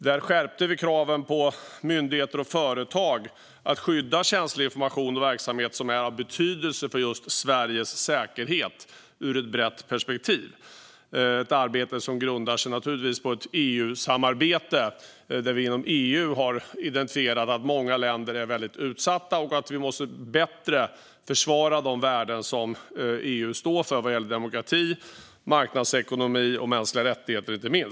Där skärptes kraven på myndigheter och företag att skydda känslig information och verksamhet som är av betydelse för Sveriges säkerhet ur ett brett perspektiv. Det är ett arbete som naturligtvis har sin grund i ett EU-samarbete. Inom EU har vi identifierat att många länder är väldigt utsatta och att vi bättre måste försvara de värden som EU står för, såsom demokrati, marknadsekonomi och inte minst mänskliga rättigheter.